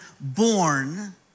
born